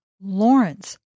Lawrence